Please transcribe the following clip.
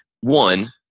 one